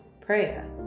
prayer